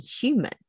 human